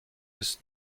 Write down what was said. ist